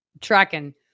tracking